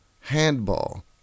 Handball